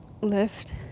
lift